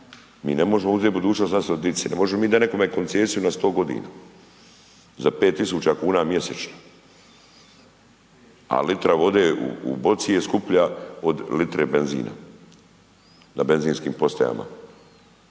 Mi ne možemo uzeti budućnost naše djece, ne možemo mi dati nekome koncesiju na 100 godina za 5 tisuća kuna mjesečno. A litra vode u boci je skuplja od litre benzina na benzinskim postajama.